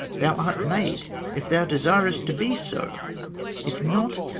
thou art made, if thou desir'st to be so if not,